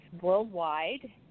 worldwide